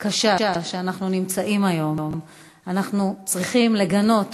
קשה שאנחנו נמצאים בה היום, אנחנו צריכים לגנות את